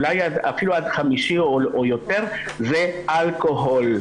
אפילו עד חמישי ויותר זה אלכוהול.